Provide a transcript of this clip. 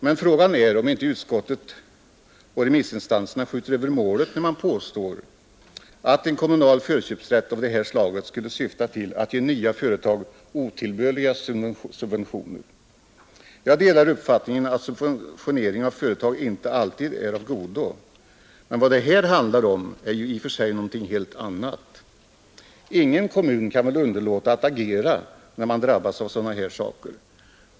Men frågan är om inte utskottet och remissinstanserna skjuter över målet när de påstår att en kommunal förköpsrätt av det här slaget skulle syfta till att ge nya företag otillbörliga subventioner. Jag delar uppfattningen att subventionering av företag inte alltid är av godo. Men vad det här handlar om är i och för sig någonting helt annat. Ingen kommun kan väl underlåta att agera när den drabbas av sådana här saker.